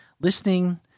listening –